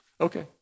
Okay